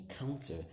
encounter